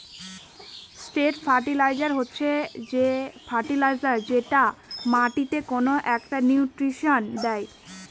straight fertiliser হচ্ছে যে fertiliser যেটা মাটিকে কোনো একটা নিউট্রিশন দেয়